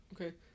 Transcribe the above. Okay